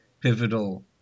pivotal